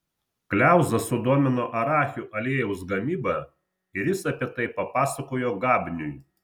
kliauzą sudomino arachių aliejaus gamyba ir jis apie tai papasakojo gabniui